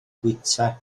bwyta